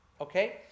okay